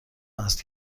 است